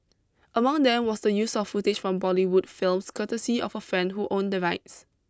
among them was the use of footage from Bollywood films courtesy of a friend who owned the rights